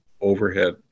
overhead